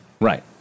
Right